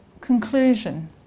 conclusion